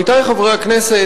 עמיתי חברי הכנסת,